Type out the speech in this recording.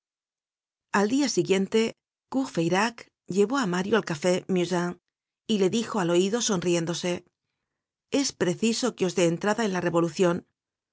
al dia siguiente courfeyrac llevó á mario al café musain y le dijo al oido sonriéndose es preciso que os dé entrada en la revolucion le